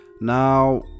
Now